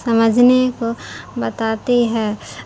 سمجھنے کو بتاتی ہے